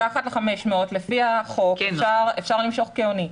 מתחת ל-500 לפי החוק אפשר למשוך כהוני.